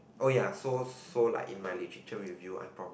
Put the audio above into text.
oh ya so so like in my literature review I probably